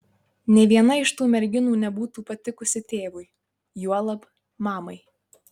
nė viena iš tų merginų nebūtų patikusi tėvui juolab mamai